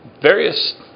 various